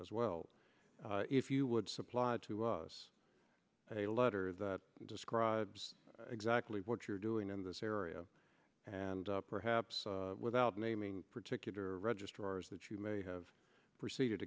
as well if you would supplied to a letter that describes exactly what you're doing in this area and perhaps without naming particular registrars that you may have proceeded